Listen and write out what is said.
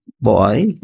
boy